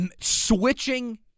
switching